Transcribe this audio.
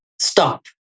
stop